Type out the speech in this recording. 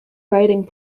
writing